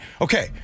Okay